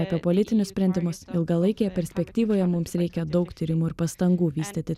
apie politinius sprendimus ilgalaikėje perspektyvoje mums reikia daug tyrimų ir pastangų vystyti